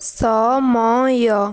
ସମୟ